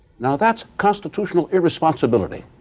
now, that's constitutional irresponsibility.